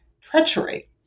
treachery